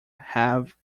have